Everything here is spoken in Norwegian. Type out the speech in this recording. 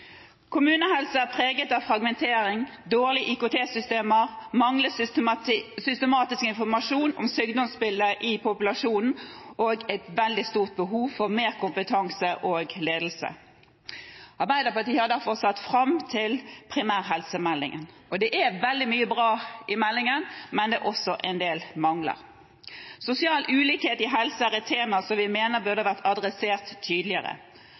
er preget av fragmentering, dårlige IKT-systemer, mangel på systematisk informasjon om sykdomsbildet i populasjonen, og det er et veldig stort behov for mer kompetanse og ledelse. Arbeiderpartiet har derfor sett fram til primærhelsemeldingen. Det er veldig mye bra i meldingen, men det er også en del mangler. Sosial ulikhet i helse er et tema som vi mener burde vært adressert tydeligere,